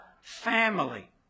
family